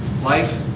life